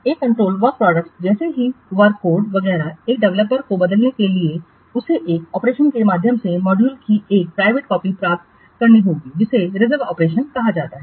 एक controlled work products जैसे कि वर्क कोड वगैरह एक डेवलपर को बदलने के लिए उसे एक ऑपरेशन के माध्यम से मॉड्यूल की एक निजी प्रति प्राप्त करनी होगी जिसे रिजर्व ऑपरेशन कहा जाता है